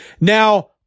Now